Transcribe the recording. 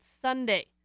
Sunday